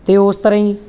ਅਤੇ ਉਸ ਤਰ੍ਹਾਂ ਹੀ